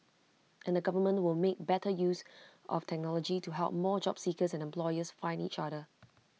and the government will make better use of technology to help more job seekers and employers find each other